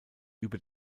über